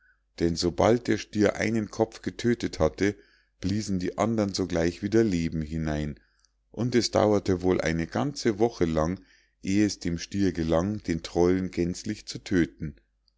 denn sobald der stier einen kopf getödtet hatte bliesen die andern sogleich wieder leben hinein und es dauerte wohl eine ganze woche lang eh es dem stier gelang den trollen gänzlich zu tödten